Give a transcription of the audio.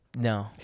No